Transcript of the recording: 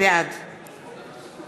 בעד